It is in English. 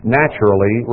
naturally